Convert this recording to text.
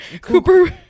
Cooper